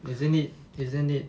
isn't it isn't it